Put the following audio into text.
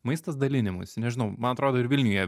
maistas dalinimuisi nežinau man atrodo ir vilniuje